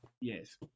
Yes